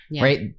right